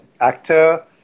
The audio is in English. actor